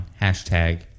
Hashtag